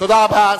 תודה רבה.